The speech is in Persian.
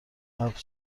حبس